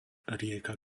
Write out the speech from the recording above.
rieka